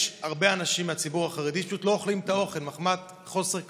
יש הרבה אנשים מהציבור החרדי שפשוט לא אוכלים את האוכל מחמת חוסר כשרות.